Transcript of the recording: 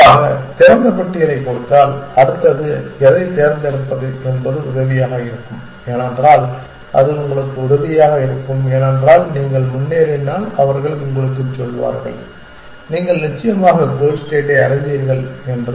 பொதுவாக திறந்த பட்டியலைக் கொடுத்தால் அடுத்தது எதைத் தேர்ந்தெடுப்பது என்பது உதவியாக இருக்கும் ஏனென்றால் அது உங்களுக்கு உதவியாக இருக்கும் ஏனென்றால் நீங்கள் முன்னேறினால் அவர்கள் உங்களுக்குச் சொல்வார்கள் நீங்கள் நிச்சயமாக கோல் ஸ்டேட்டை அடைவீர்கள் என்று